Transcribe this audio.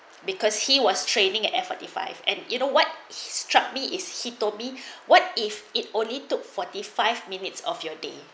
because he was trailing at F forty five and you know what struck me is he told me what if it only took forty five minutes of your day